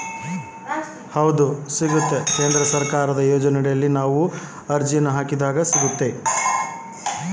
ನಾನು ಹೊಲದಾಗ ಮೆಣಸಿನ ಗಿಡಕ್ಕೆ ಡ್ರಿಪ್ ಮಾಡಿದ್ರೆ ಸಬ್ಸಿಡಿ ಸಿಗುತ್ತಾ?